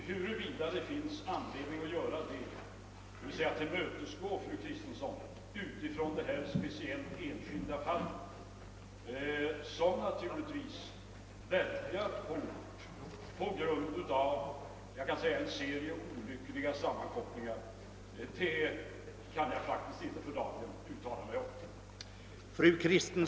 Huruvida det finns anledning att tillmötesgå fru Kristensson utifrån detta speciella enskilda fall, som naturligtvis verkar hårt på grund av en serie olyckliga sammankopplingar, kan jag faktiskt inte för dagen uttala mig om.